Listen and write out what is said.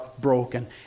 broken